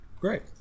great